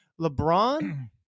LeBron